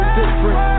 different